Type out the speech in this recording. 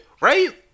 right